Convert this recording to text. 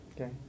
okay